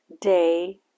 day